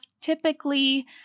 typically